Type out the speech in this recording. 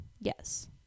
Yes